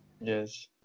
Yes